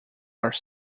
are